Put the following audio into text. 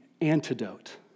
antidote